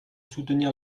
soutenir